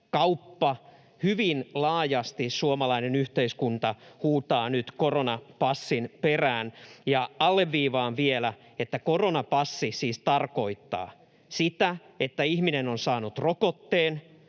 Hyvin laajasti suomalainen yhteiskunta huutaa nyt koronapassin perään. Alleviivaan vielä, että koronapassi siis tarkoittaa sitä, että ihminen on saanut rokotteen